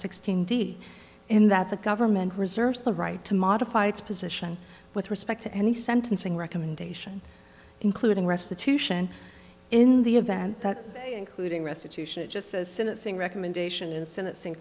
sixteen d in that the government reserves the right to modify its position with respect to any sentencing recommendation including restitution in the event that including restitution just as sentencing recommendation in sentencing